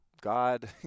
God